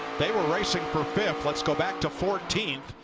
they were racing for fifth. let's go back to fourteen.